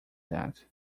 that